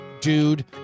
Dude